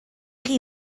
chi